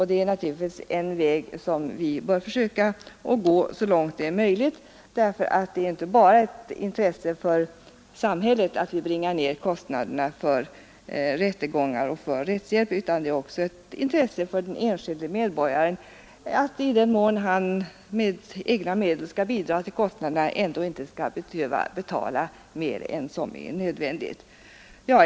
Det är naturligtvis en väg som vi bör försöka gå så långt som det är möjligt, ty det är inte bara ett intresse för samhället att kostnaderna för rättegångar och rättshjälp nedbringas utan också ett intresse för den enskilde medborgaren att, i den mån han med egna medel skall bidra till kostnaderna, inte behöva betala mer än vad som är nödvändigt.